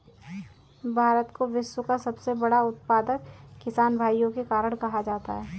भारत को विश्व का सबसे बड़ा उत्पादक किसान भाइयों के कारण कहा जाता है